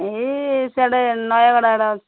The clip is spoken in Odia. ଏଇ ସିଆଡ଼େ ନୟାଗଡ଼ ଆଡ଼େ